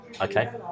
Okay